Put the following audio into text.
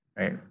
right